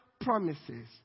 promises